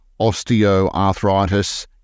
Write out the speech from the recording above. osteoarthritis